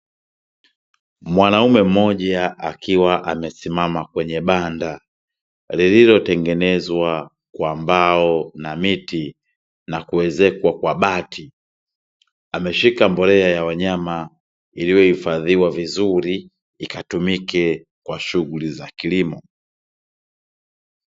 Mwanaume mmoja akiwa amesimama kwenye banda lililotengenezwa kwa mbao na miti na kuwezekwa kwa bati, ameshika mbolea ya wanyama iliyohifadhiwa vizuri itumike kwa shughuli za kilimo